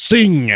Sing